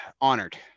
honored